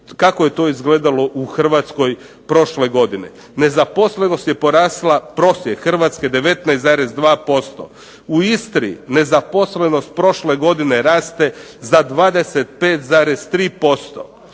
kako je to izgledalo u Hrvatskoj prošle godine. Nezaposlenost je porasla, prosjek Hrvatske 19,2%. U Istri nezaposlenost prošle godine raste za 25,3%,